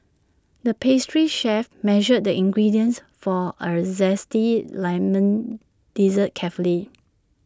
the pastry chef measured the ingredients for A Zesty Lemon Dessert carefully